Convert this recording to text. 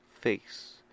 face